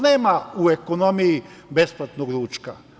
Nema u ekonomiji besplatnog ručka.